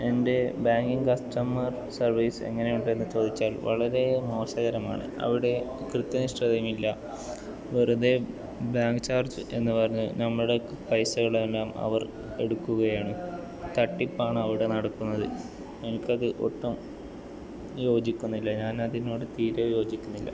എൻ്റെ banking customer service എങ്ങനെ ഉണ്ട് എന്ന് ചോദിച്ചാൽ വളരെ മോശകരമാണ് അവിടെ കൃത്യനിഷ്ഠതയും ഇല്ല വെറുതെ ബാങ്ക് ചാർജ് എന്ന് പറഞ്ഞ് നമ്മടെ പൈസകളെല്ലാം അവർ എടുക്കുകയാണ് തട്ടിപ്പാണ് അവിടെ നടക്കുന്നത് എനിക്ക് അത് ഒട്ടും യോജിക്കുന്നില്ല ഞാൻ അതിനോട് തീരെ യോജിക്കുന്നില്ല